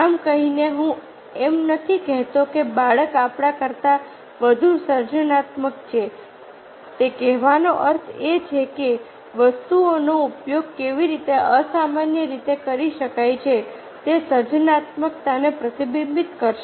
આમ કહીને હું એમ નથી કહેતો કે બાળક આપણા કરતાં વધુ સર્જનાત્મક છે તે કહેવાનો અર્થ એ છે કે વસ્તુઓનો ઉપયોગ કેવી રીતે અસામાન્ય રીતે કરી શકાય છે તે સર્જનાત્મકતાને પ્રતિબિંબિત કરશે